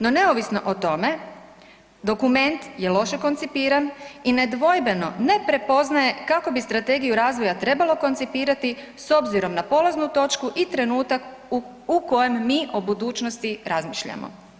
No neovisno o tome dokument je loš koncipiran i nedvojbeno ne prepoznaje kako bi strategiju razvoja trebalo koncipirati s obzirom na polaznu točku i trenutak u kojem mi o budućnosti razmišljamo.